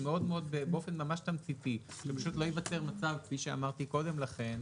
היא לא מספיקה ולא עונה על מה שכתוב.